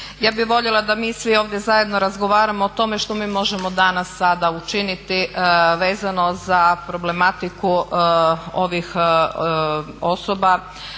Ja bi voljela da mi svi ovdje zajedno razgovaramo o tome što mi možemo danas, sada učiniti vezano za problematiku ovih osoba